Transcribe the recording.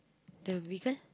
the vegan